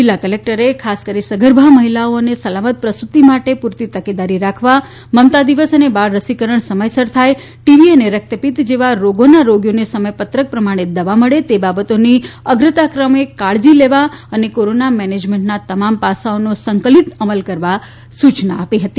જિલ્લા કલેકટરે ખાસ કરીને સગર્ભા મહિલાઓ અને સલામત પ્રસૂતિ માટે પૂરતી તકેદારી રાખવા મમતા દિવસ અને બાળ રસીકરણ સમયસર થાય ટીબી અને રક્તપિત જેવા રોગોના રોગીઓને સમયપત્રક પ્રમાણે દવા મળે એ બાબતોની અગ્રતાક્રમે કાળજી લેવા અને કોરોના મેનેજમેન્ટના તમામ પાસાઓનો સંકલિત અમલ કરવા સૂચના આપી હતી